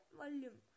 volume